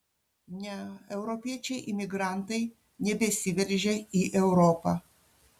ne europiečiai imigrantai nebesiveržia į europą